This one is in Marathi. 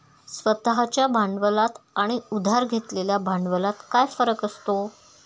स्वतः च्या भांडवलात आणि उधार घेतलेल्या भांडवलात काय फरक असतो?